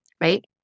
right